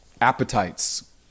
appetites